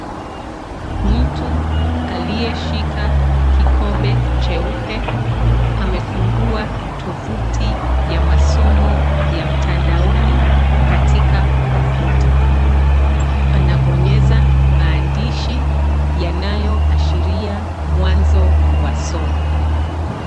Mtu aliyeshika kikombe cheupe, amefungua tuvuti ya masomo ya mtandaoni katika kompyuta. Anabonyeza maandishi yanayoashiria mwanzo wa somo.